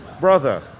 Brother